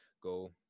go